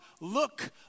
look